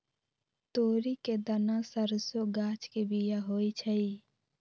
तोरी के दना सरसों गाछ के बिया होइ छइ